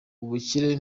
ubukire